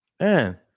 Man